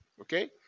okay